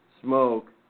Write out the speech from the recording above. smoke